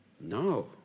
No